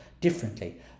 differently